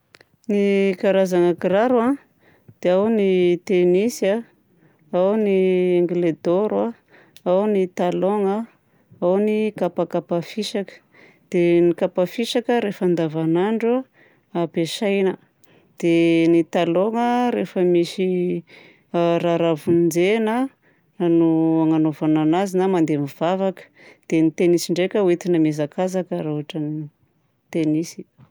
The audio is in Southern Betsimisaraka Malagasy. Ny karazagna kiraro a dia ao ny tenisy a, ao ny aigledaoro a, ao ny talaogna, ao ny kapakapa fisaka. Dia ny kapa fisaka rehefa andavanandro ampiasaina. Dia ny talaogna rehefa misy raharaha vonjena no hanaovana anazy na mandeha mivavaka. Dia ny tenisy ndraika ho entina mihazakazaka raha ohatra tenisy.